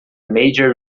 major